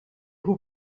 who